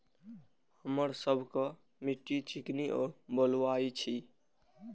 हमर सबक मिट्टी चिकनी और बलुयाही छी?